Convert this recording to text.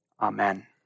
Amen